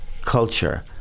culture